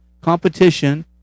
competition